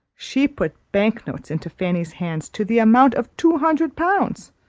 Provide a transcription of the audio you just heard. she put bank-notes into fanny's hands to the amount of two hundred pounds.